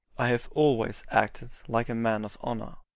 i have always acted like a man of honour.